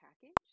package